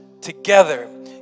together